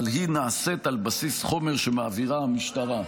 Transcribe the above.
אבל היא נעשית על בסיס חומר שמעבירה המשטרה.